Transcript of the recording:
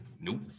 Nope